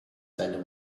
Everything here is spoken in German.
seine